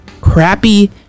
crappy